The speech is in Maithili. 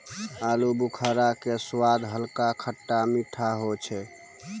आलूबुखारा के स्वाद हल्का खट्टा मीठा होय छै